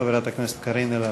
חברת הכנסת קארין אלהרר.